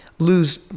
Lose